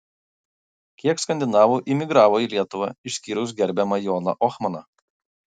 kiek skandinavų imigravo į lietuvą išskyrus gerbiamą joną ohmaną